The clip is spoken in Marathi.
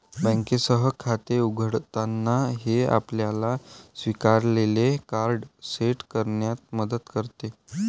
बँकेसह खाते उघडताना, हे आपल्याला स्वीकारलेले कार्ड सेट करण्यात मदत करते